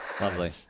Lovely